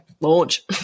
Launch